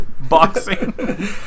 Boxing